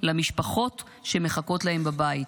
למשפחות שמחכות להם בבית.